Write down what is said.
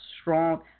strong